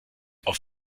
auf